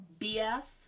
BS